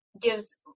gives